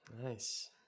Nice